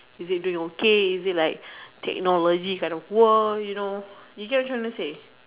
is it doing okay is it like technology kind of war you know you get what I'm trying to say